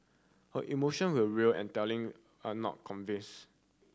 her emotion were real and telling and not convince